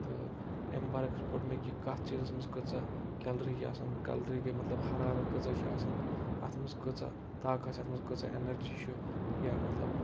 تہٕ اَمہِ برعکس پوٚر مےٚ کہِ کَتھ چیٖزَس کۭژاہ کیلری چھِ آسان کیلری گے مطلب حرارت کۭژاہ چھِ آسان اَتھ منٛز کۭژاہ طاقت اَتھ منٛز کۭژاہ اینرجی چھُ یا مطلب